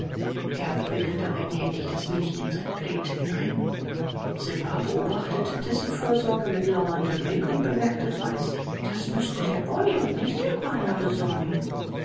wickelte eigenhändig das mädchen in sein plaid hinein simba beobachtete diese fürsorge mit lauerndem blick und bemerkte dreist das müßte der boy und nicht der bana besorgen